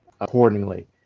accordingly